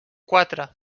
quatre